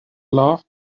laughed